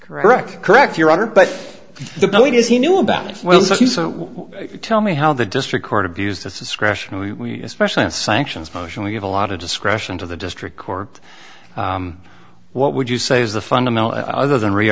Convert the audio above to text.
correct correct your honor but the it is he knew about it well so tell me how the district court abused its discretion we especially if sanctions motion we have a lot of discretion to the district court what would you say is the fundamental other than re